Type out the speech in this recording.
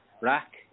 Rack